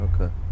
Okay